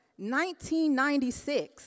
1996